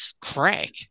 crack